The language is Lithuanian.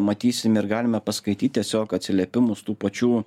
matysim ir galime paskaityt tiesiog atsiliepimus tų pačių